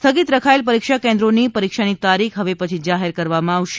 સ્થગિત રખાયેલ પરીક્ષા કેન્દ્રોની પરીક્ષાની તારીખ હવે પછી જાહેર કરવામાં આવશે